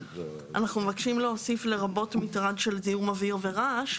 אנחנו מבקשים להוסיף "לרבות מטרד של זיהום אוויר ורעש".